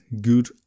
good